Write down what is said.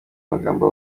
amagambo